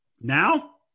Now